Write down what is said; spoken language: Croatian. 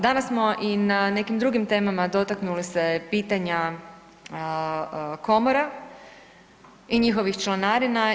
Danas smo i na nekim drugim temama dotaknuli se pitanja komora i njihovih članarina.